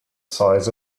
sides